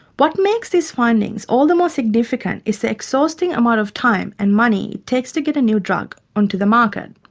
what makes these findings all the more significant is the exhausting amount of time and money it takes to get a new drug onto the market.